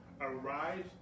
Arise